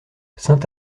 saint